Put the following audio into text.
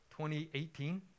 2018